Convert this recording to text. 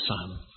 Son